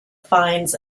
finds